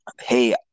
Hey